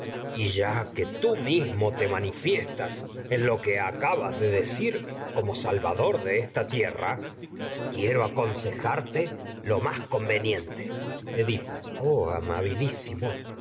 y ya que tú mismo te mani que fiestas lo acabas de decir como salvador de esta tierra quiero aconsejarte lo más conveniente edipo oh me amabilísimo